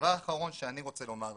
הדבר האחרון שאני רוצה לומר.